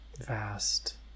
vast